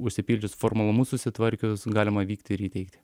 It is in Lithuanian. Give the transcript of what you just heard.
užsipildžius formalumus susitvarkius galima vykti ir įteikti